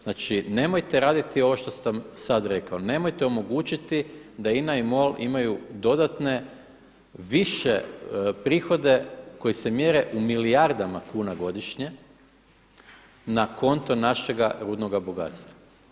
Znači nemojte raditi ovo što sam sada rekao, nemojte omogućiti da INA i MOL imaju dodatne više prihode koji se mjere u milijardama kuna godišnje na konto našega rudnoga bogatstva.